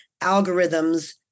algorithms